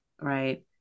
right